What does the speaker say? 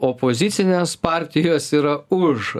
opozicinės partijos yra už